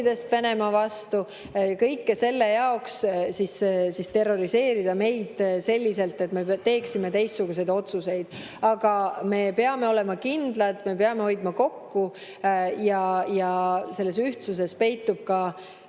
Venemaa vastu, kõige selle jaoks terroriseerida meid selliselt, et me teeksime teistsuguseid otsuseid. Aga me peame olema kindlad, me peame hoidma kokku. Selles ühtsuses peitub